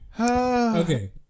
Okay